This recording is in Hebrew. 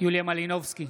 יוליה מלינובסקי,